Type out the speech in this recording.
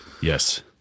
Yes